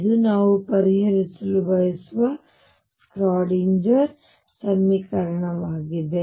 ಇದು ನಾವು ಪರಿಹರಿಸಲು ಬಯಸುವ ಶ್ರೋಡಿಂಗರ್Schrödinger ಸಮೀಕರಣವಾಗಿದೆ